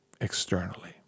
externally